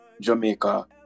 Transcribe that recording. Jamaica